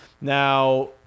Now